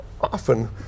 Often